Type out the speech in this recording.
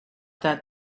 that